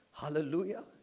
Hallelujah